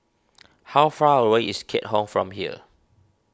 how far away is Keat Hong from here